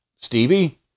Stevie